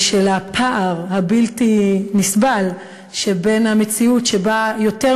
של הפער הבלתי-נסבל שבין המציאות שבה יותר